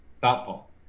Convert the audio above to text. thoughtful